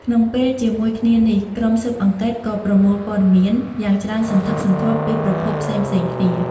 ក្នុងពេលជាមួយគ្នានេះ ក្រុមស៊ើបអង្កេតក៏ ប្រមូលព័ត៌មាន យ៉ាងច្រើនសន្ធឹកសន្ធាប់ពីប្រភពផ្សេងៗគ្នា។